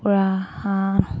কুকুৰা হাঁহ